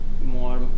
more